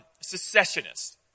secessionists